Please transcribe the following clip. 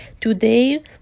Today